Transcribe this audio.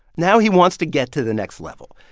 now he wants to get to the next level.